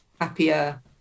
happier